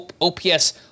OPS